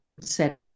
set